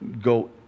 go